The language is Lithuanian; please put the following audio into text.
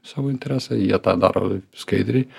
savo interesą jie tą daro skaidriai